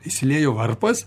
išsiliejo varpas